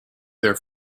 their